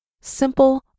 simple